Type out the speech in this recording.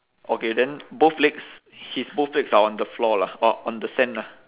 okay then both legs his both legs are on the floor lah or on the sand lah